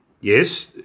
Yes